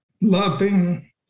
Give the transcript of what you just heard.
loving